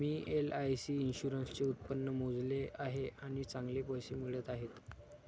मी LIC इन्शुरन्सचे उत्पन्न मोजले आहे आणि चांगले पैसे मिळत आहेत